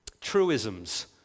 truisms